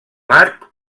marc